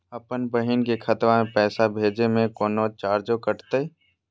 अपन बहिन के खतवा में पैसा भेजे में कौनो चार्जो कटतई?